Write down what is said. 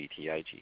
BTIG